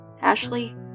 Ashley